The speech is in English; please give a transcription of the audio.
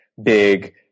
Big